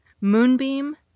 moonbeam